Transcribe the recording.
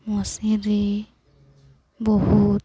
ମେସିନ୍ରେ ବହୁତ